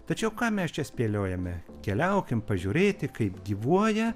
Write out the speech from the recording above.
tačiau ką mes čia spėliojame keliaukim pažiūrėti kaip gyvuoja